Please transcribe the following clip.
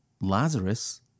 Lazarus